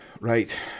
Right